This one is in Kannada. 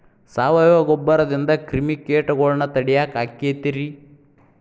ಸಾವಯವ ಗೊಬ್ಬರದಿಂದ ಕ್ರಿಮಿಕೇಟಗೊಳ್ನ ತಡಿಯಾಕ ಆಕ್ಕೆತಿ ರೇ?